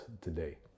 today